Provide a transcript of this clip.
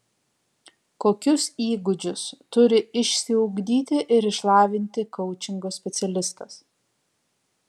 kokius įgūdžius turi išsiugdyti ir išlavinti koučingo specialistas